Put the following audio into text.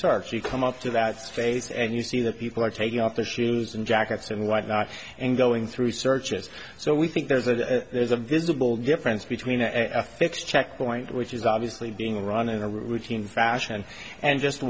starts you come up to that space and you see that people are taking off the shoes and jackets and whatnot and going through searches so we think there's a there's a visible difference between a fixed checkpoint which is obviously being run in a routine fashion and just